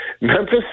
Memphis